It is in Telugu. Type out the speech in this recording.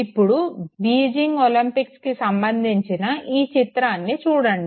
ఇప్పుడు బీజింగ్ ఒలింపిక్స్కి సంబంధించిన ఈ చిత్రాన్ని చూడండి